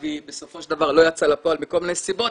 שבסופו של דבר היא לא יצאה לפועל מכל מיני סיבות,